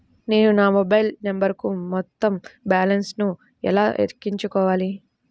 నేను నా మొబైల్ నంబరుకు మొత్తం బాలన్స్ ను ఎలా ఎక్కించుకోవాలి?